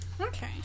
Okay